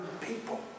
people